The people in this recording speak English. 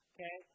Okay